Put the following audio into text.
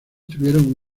tuvieron